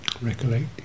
recollect